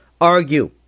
argue